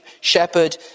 shepherd